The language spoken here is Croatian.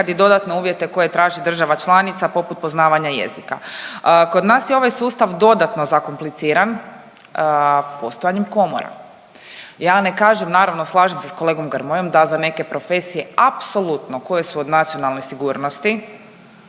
ponekad i dodatne uvjete koje traži država članica poput poznavanja jezika. Kod nas je ovaj sustav dodatno zakompliciran postojanjem komora. Ja ne kažem naravno slažem se sa kolegom Grmojom da za neke profesije apsolutno koje su od nacionalne sigurnosti